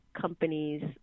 companies